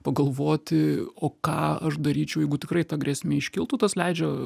pagalvoti o ką aš daryčiau jeigu tikrai ta grėsmė iškiltų tas leidžia